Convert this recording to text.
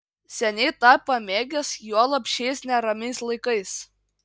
seniai tą pamėgęs juolab šiais neramiais laikais